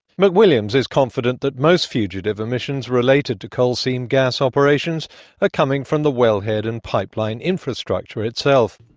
mcwilliams is confident that most fugitive emissions related to coal seam gas operations are coming from the wellhead and pipeline infrastructure itself.